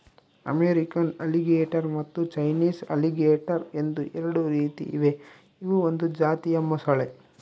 American alligator ಮತ್ತು Chinese alligator ಎಂದು ಎರಡು ರೀತಿ ಇವೆ ಇವು ಒಂದು ಜಾತಿಯ ಮೊಸಳೆ